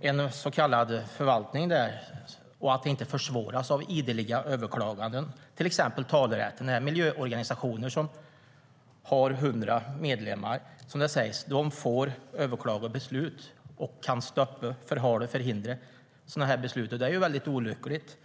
en så kallad förvaltning där och att det inte försvåras av ideliga överklaganden, till exempel genom talerätten för miljöorganisationer som har 100 medlemmar, som det sägs. De får överklaga beslut och kan förhala och förhindra sådana här beslut. Det är väldigt olyckligt.